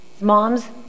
Moms